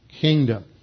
kingdom